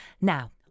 Now